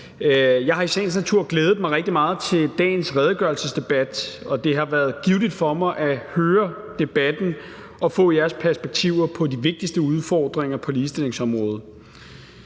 Jeg har i sagens natur glædet mig rigtig meget til dagens redegørelsesdebat, og det har været givtigt for mig at høre debatten og få jeres perspektiver på de vigtigste udfordringer på ligestillingsområdet.